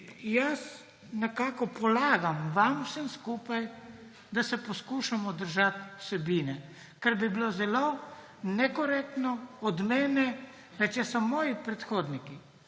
jaz nekako polagam vam vsem skupaj, da se poskušajmo držati vsebine. Bilo bi zelo nekorektno od mene, če so moji predhodniki